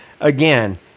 Again